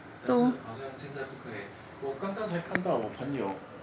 但是好像现在不可以我刚刚才看到我朋友